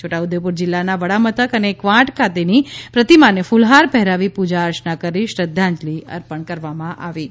છોટાઉદેપુર જિલ્લાના વડા મથકે અને કવાંટ ખાતેની પ્રતિમાને કૂલહાર પહેરાવી પૂજાઅર્ચના કરી શ્રદ્ધાંજલી અર્પણ કરવામાં આવી હતી